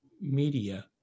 media